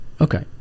Okay